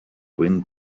wind